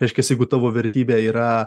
reiškias jeigu tavo vertybė yra